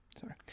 sorry